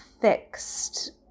fixed